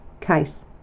case